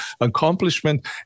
accomplishment